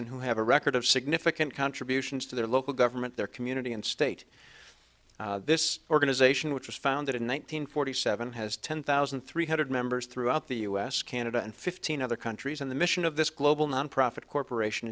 and who have a record of significant contributions to their local government their community and state this organization which was founded in one thousand nine hundred seven has ten thousand three hundred members throughout the us canada and fifteen other countries in the mission of this global nonprofit corporation